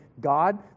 God